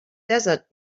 desert